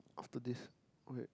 after this okay